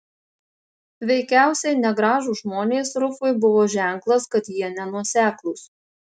veikiausiai negražūs žmonės rufui buvo ženklas kad jie nenuoseklūs